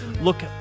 Look